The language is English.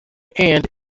and